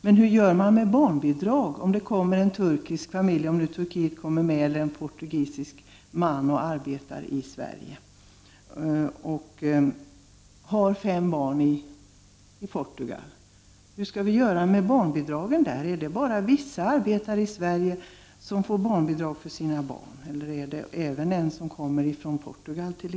Men hur gör man med barnbidragen t.ex. för en turkisk familj — om nu Turkiet kommer med i EG - eller en portugisisk familj när familjefadern arbetar i Sverige? Hur blir det med barnbidragen för den portugisiske man som arbetar här och har fem barn i Portugal? Är det bara vissa utlänningar som arbetar i Sverige som får barnbidrag eller gäller det även t.ex. en portugis?